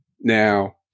now